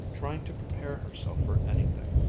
trying to prepare herself for anything.